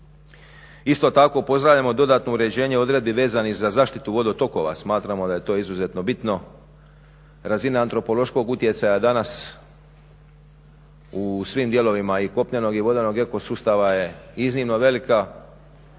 Isto tako pozdravljamo dodatno uređenje odredbi vezanih za zaštitu vodotokova, smatramo da je to izuzetno bitno. Razina antropološkog utjecaja danas u svim dijelovima i kopnenog i vodenog eko sustava je iznimno velika